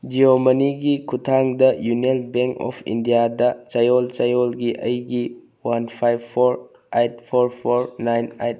ꯖꯤꯑꯣ ꯃꯅꯤꯒꯤ ꯈꯨꯠꯊꯥꯡꯗ union bank of ꯏꯟꯗꯤꯌꯥꯗ ꯆꯌꯣꯜ ꯆꯌꯣꯜꯒꯤ ꯑꯩꯒꯤ one five four eight four four nine eight